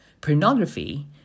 Pornography